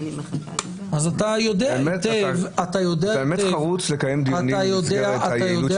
אז אתה יודע היטב --- אתה באמת חרוץ לקיים דיונים במסגרת היעילות